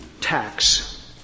tax